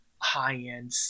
high-end